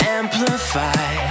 amplify